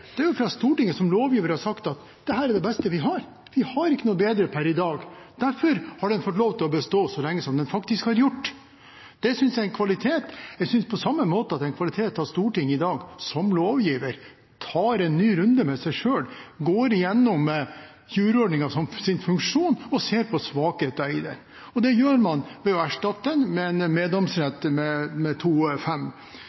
er at Stortinget som lovgiver har sagt at dette er det beste vi har. Vi har ikke noe bedre per i dag. Derfor har den fått lov til å bestå så lenge som den faktisk har gjort. Det synes jeg er en kvalitet. På samme måte synes jeg det er en kvalitet at Stortinget som lovgiver i dag tar en ny runde med seg selv og går gjennom juryordningens funksjon og ser på svakheter i den. Det gjør man ved å erstatte den med en